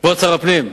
כבוד שר הפנים,